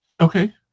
Okay